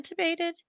intubated